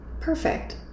perfect